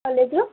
କଲେଜ୍ରୁ